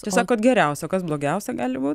tai sakot geriausia o kas blogiausia gali būt